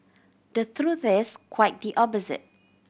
the truth is quite the opposite